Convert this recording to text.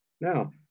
Now